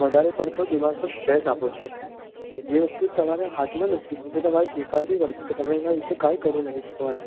વધારે પડતો દિમાગ પર સ્ટ્રેસ આપો છો જે વસ્તુ તમારે હાથમાં નથી તે તમારે સ્વીકારવી પડશે કે તમે એના વિશે કાંઈ કરી નથી શકવાનાં